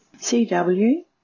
CW